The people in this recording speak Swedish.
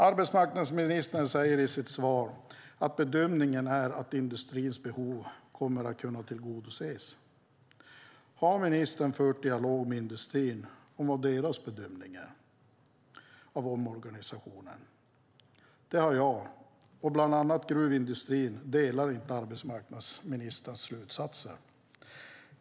Arbetsmarknadsministern säger i sitt svar att bedömningen är att industrins behov kommer att kunna tillgodoses. Har ministern fört dialog med industrin om vad deras bedömning är av omorganisationen? Det har jag gjort, och bland andra gruvindustrin delar inte arbetsmarknadsministerns slutsatser.